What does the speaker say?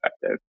effective